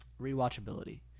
rewatchability